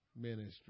Ministry